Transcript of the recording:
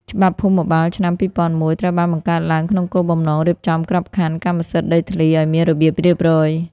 ច្បាប់ភូមិបាលឆ្នាំ ២០០១ ត្រូវបានបង្កើតឡើងក្នុងគោលបំណងរៀបចំក្របខណ្ឌកម្មសិទ្ធិដីធ្លីឱ្យមានរបៀបរៀបរយ។